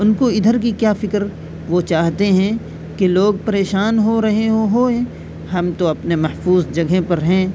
ان کو ادھر کی کیا فکر وہ چاہتے ہیں کہ لوگ پریشان ہو رہے ہوں ہوئیں ہم تو اپنے محفوظ جگہ پر ہیں